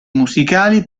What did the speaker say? musicali